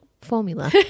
formula